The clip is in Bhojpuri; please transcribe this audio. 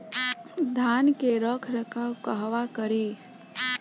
धान के रख रखाव कहवा करी?